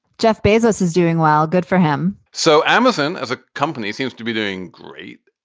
jeff bezos is doing well. good for him. so amazon as a company seems to be doing great.